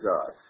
God